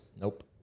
Nope